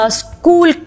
school